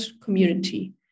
community